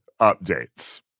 updates